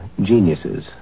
geniuses